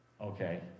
Okay